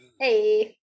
Hey